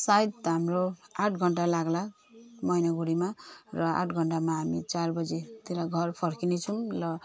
सायद हाम्रो आठ घन्टा लाग्ला मैनागुडीमा र आठ घन्टामा हामी चार बजेतिर घर फर्किनेछौँ ल